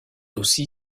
aussi